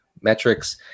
metrics